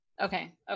okay